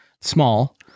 Small